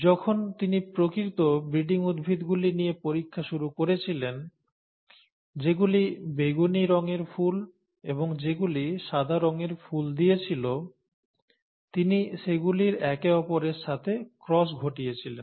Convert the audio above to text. যখন তিনি প্রকৃত ব্রিডিং উদ্ভিদ ট্রু ব্রিডিং প্লান্ট গুলি নিয়ে পরীক্ষা শুরু করেছিলেন যেগুলি বেগুনি রঙের ফুল এবং যেগুলি সাদা রঙের ফুল দিয়েছিল তিনি সেগুলির একে অপরের সাথে ক্রস ঘটিয়েছিলেন